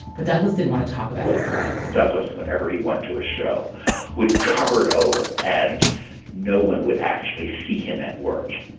but douglas didn't want to talk about his device douglas, whenever he went to a show would cover it over and no one would actually see him at work.